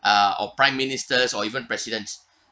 uh or prime ministers or even presidents